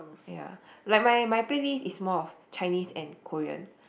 ya like my my playlist is more of Chinese and Korean